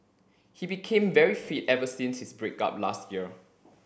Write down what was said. he became very fit ever since his break up last year